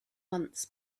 months